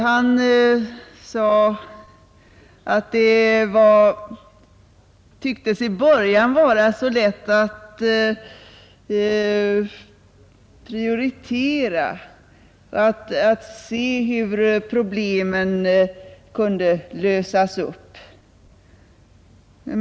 Han sade att det i början tycktes vara så lätt att prioritera och att se hur problemen kunde lösas upp.